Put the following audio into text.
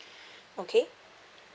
okay